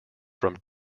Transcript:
from